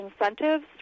incentives